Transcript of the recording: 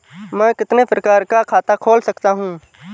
मैं कितने प्रकार का खाता खोल सकता हूँ?